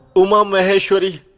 uma maheswari,